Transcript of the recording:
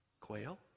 Quail